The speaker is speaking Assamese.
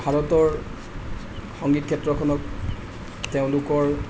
ভাৰতৰ সংগীত ক্ষেত্ৰখনত তেওঁলোকৰ